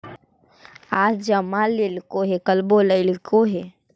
आज जमा लेलको कल बोलैलको हे?